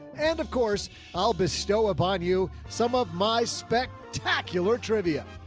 and of course i'll bestow upon you some of my spectacular trivia.